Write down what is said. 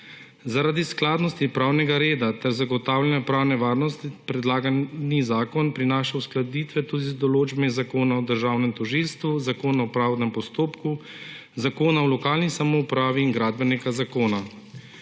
Zaradi skladnosti pravnega reda ter zagotavljanja pravne varnosti predlagani zakon prinaša uskladitve tudi z določbami Zakona o državnem odvetništvu, Zakona o pravdnem postopku, Zakona o lokalni samoupravi in Gradbenega zakona.